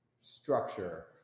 structure